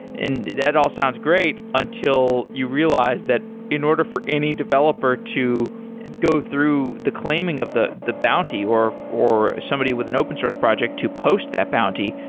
that all sounds great, until you realize that in order for any developer to go through the claiming of the the bounty or or somebody with an open source project to post that bounty,